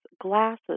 glasses